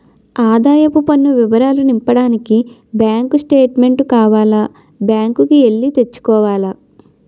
ఆదాయపు పన్ను వివరాలు నింపడానికి బ్యాంకు స్టేట్మెంటు కావాల బ్యాంకు కి ఎల్లి తెచ్చుకోవాల